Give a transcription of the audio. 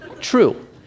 True